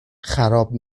خراب